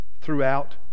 throughout